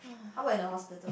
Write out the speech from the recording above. how about in the hospital